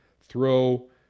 Throw